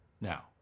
now